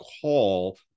call